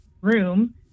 room